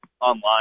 online